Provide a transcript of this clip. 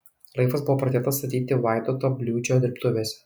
laivas buvo pradėtas statyti vaidoto bliūdžio dirbtuvėse